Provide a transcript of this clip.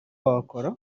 wakora